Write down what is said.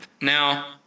now